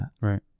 Right